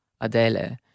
Adele